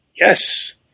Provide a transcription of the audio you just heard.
Yes